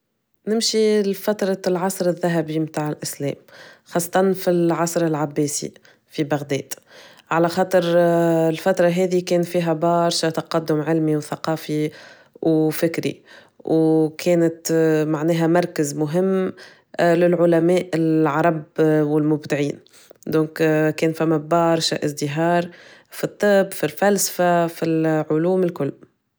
نمشي لفترة العصر الذهبي متاع الإسلام، خاصة في العصر العباسي في بغداد على خاطر الفترة هاذي كان فيها بارشا تقدم علمي وثقافي وفكري وكانت معناها مركز مهم للعلماء العرب والمبدعين دوك كان فما برشا ازدهار في الطب في الفلسفة في العلوم الكل.